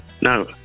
No